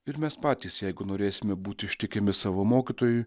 ir mes patys jeigu norėsime būti ištikimi savo mokytojui